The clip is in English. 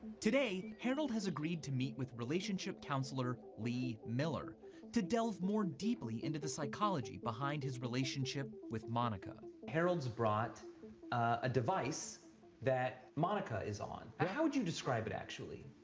today, harold has agreed to meet with relationship counselor lee miller to delve more deeply into the psychology behind his relationship with monica. harold's brought a device that monica is on. how would you describe it, actually?